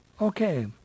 Okay